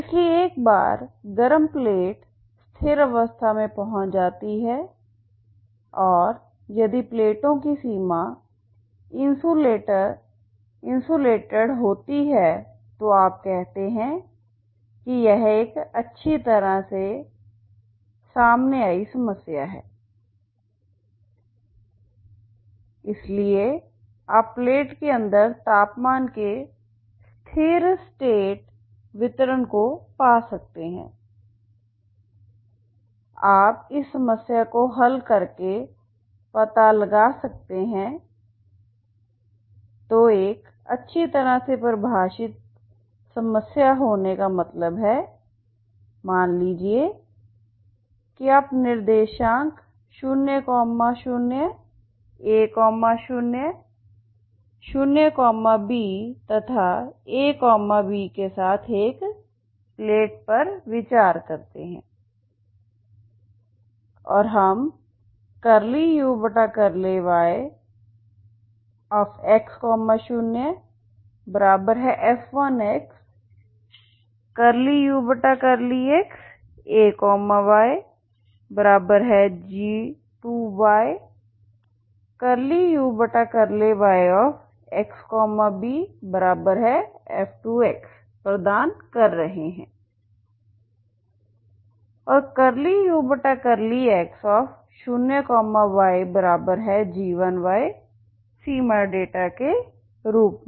इसलिए एक बार गर्म प्लेट स्थिर अवस्था में पहुंच जाती है और यदि प्लेटों की सीमा इंसुलेटर होती है तो आप कहते हैं कि यह एक अच्छी तरह से सामने आई समस्या हैइसलिए आप प्लेट के अंदर तापमान के स्थिर स्टेट वितरण को पा सकते हैं आप इस समस्या को हल करके पता लगा सकते हैं तो एक अच्छी तरह से परिभाषित समस्या होने का मतलब है मान लीजिए कि आप निर्देशांक 00 a0 0b तथा ab के साथ एक प्लेट पर विचार करते हैं और हम ∂u∂yx0f1 ∂u∂xayg2 ∂u∂yxbf2प्रदान कर रहे हैं और ∂u∂x0yg1 सीमा डेटा के रूप में